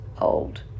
old